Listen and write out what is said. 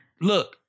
Look